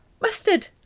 mustard